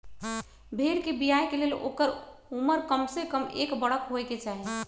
भेड़ कें बियाय के लेल ओकर उमर कमसे कम एक बरख होयके चाही